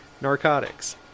narcotics